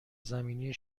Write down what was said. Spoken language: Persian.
زمینی